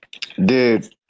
Dude